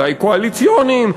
אולי קואליציוניים,